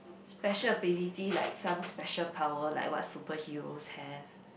special ability like some special power like what superheroes have